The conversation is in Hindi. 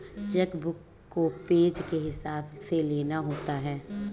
चेक बुक को पेज के हिसाब से लेना होता है